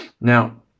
Now